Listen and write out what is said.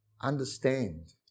Understand